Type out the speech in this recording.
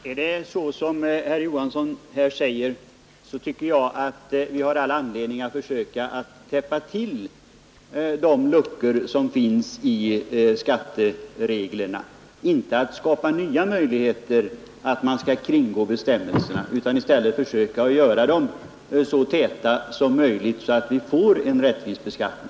Herr talman! Är det så som herr Olof Johansson säger, tycker jag vi har all anledning att försöka täppa till de luckor som finns i skattereglerna och inte skapa nya möjligheter att kringgå bestämmelserna utan i stället försöka göra dem så täta som möjligt, så att vi får en rättvis beskattning.